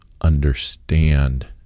understand